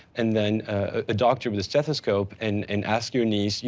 and then a doctor with a stethoscope and and ask your niece, yeah